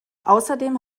außerdem